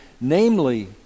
Namely